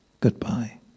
Goodbye